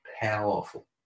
powerful